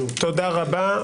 תודה רבה.